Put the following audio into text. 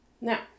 Now